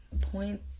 point